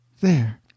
There